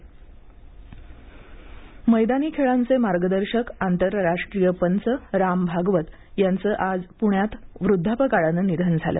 राम भागवत निधन मैदानी खेळांचे मार्गदर्शकआंतरराष्ट्रीय पंच राम भागवत यांचे आज पुण्यात वृद्धापकाळाने निधन झालं